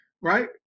right